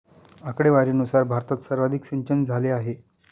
आकडेवारीनुसार भारतात सर्वाधिक सिंचनझाले आहे